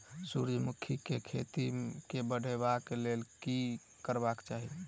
सूर्यमुखी केँ खेती केँ बढ़ेबाक लेल की करबाक चाहि?